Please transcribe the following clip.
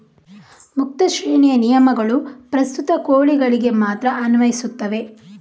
ಮುಕ್ತ ಶ್ರೇಣಿಯ ನಿಯಮಗಳು ಪ್ರಸ್ತುತ ಕೋಳಿಗಳಿಗೆ ಮಾತ್ರ ಅನ್ವಯಿಸುತ್ತವೆ